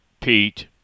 Pete